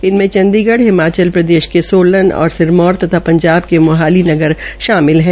इनमें चण्डीगढ़ हिमाचल प्रदेश के सोलन और सिरमौर तथ पंजाब के मोहाली नगर शामिल हैं